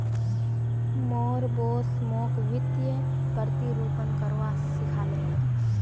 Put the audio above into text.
मोर बॉस मोक वित्तीय प्रतिरूपण करवा सिखा ले